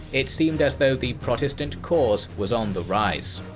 it seemed as though the protestant cause was on the rise.